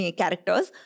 Characters